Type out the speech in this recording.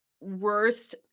worst